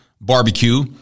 Barbecue